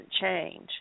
change